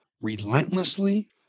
Relentlessly